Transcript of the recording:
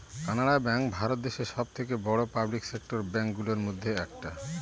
Canara bank Bharat দেশে সব থেকে বড়ো পাবলিক সেক্টর ব্যাঙ্ক গুলোর মধ্যে একটা